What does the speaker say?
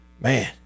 Man